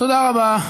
תודה רבה.